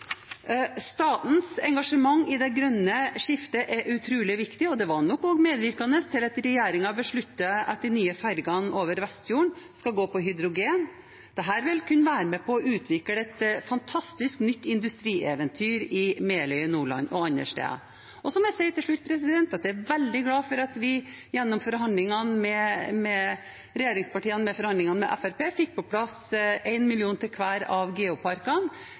engasjement i det grønne skiftet er utrolig viktig, og det var nok også medvirkende til at regjeringen besluttet at de nye fergene over Vestfjorden skal gå på hydrogen. Dette vil kunne være med på å utvikle et fantastisk, nytt industrieventyr i Meløy i Nordland, og andre steder. Jeg må si til slutt at jeg er veldig glad for at regjeringspartiene i forhandlinger med Fremskrittspartiet fikk på plass 1 mill. kr til hver av geoparkene.